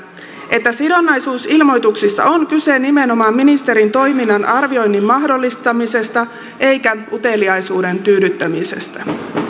että sidonnaisuusilmoituksissa on kyse nimenomaan ministerin toiminnan arvioinnin mahdollistamisesta eikä uteliaisuuden tyydyttämisestä